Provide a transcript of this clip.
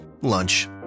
lunch